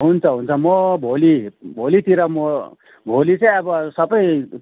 हुन्छ हुन्छ म भोलि भोलितिर म भोलि चाहिँ अब सबै